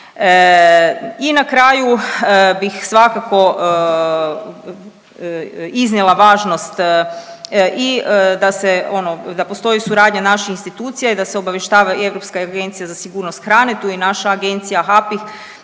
I na kraju bih svakako iznijela važnost i da se ono, da postoji suradnja naših institucija i da se obavještava i Europska agencija za sigurnost hrane, tu je i naša agencija, HAPIH,